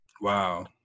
Wow